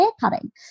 haircutting